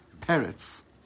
Parrots